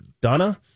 Donna